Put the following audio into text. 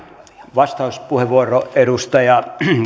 vastauspuheenvuoro edustaja